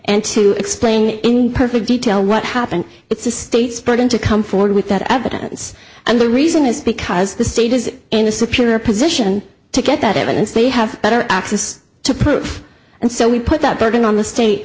and to explain in perfect detail what happened it's the state's burden to come forward with that evidence and the reason is because the state is in a superior position to get that evidence they have better access to proof and so we put that burden on the state